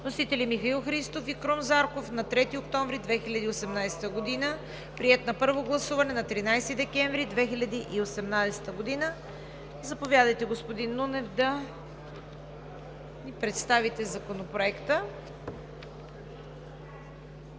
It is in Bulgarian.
представители Михаил Христов и Крум Зарков на 3 октомври 2018 г. Приет е на първо гласуване на 13 декември 2018 г. Заповядайте, господин Нунев, да ни представите Законопроекта.